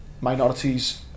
minorities